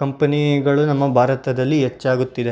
ಕಂಪನೀಗಳು ನಮ್ಮ ಭಾರತದಲ್ಲಿ ಹೆಚ್ಚಾಗುತ್ತಿದೆ